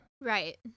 Right